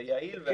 זה יעיל.